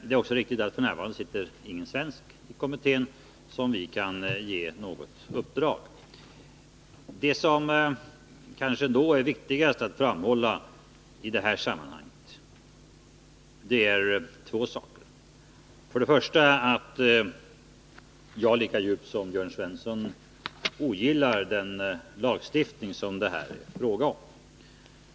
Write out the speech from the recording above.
Det är också riktigt att det f. n. i kommittén inte sitter någon svensk som vi kan ge något uppdrag. Viktigast för mig att framhålla i detta sammanhang är två saker. För det första ogillar jag lika djupt som Jörn Svensson den lagstiftning som det här är fråga om.